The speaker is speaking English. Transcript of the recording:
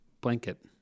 blanket